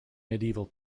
medieval